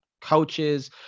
coaches